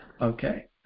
okay